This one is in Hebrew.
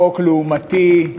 בחוק לעומתי,